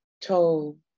told